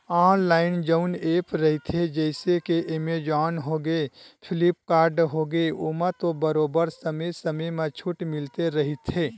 online जउन app रहिथे जइसे के एमेजॉन होगे, फ्लिपकार्ट होगे ओमा तो बरोबर समे समे म छूट मिलते रहिथे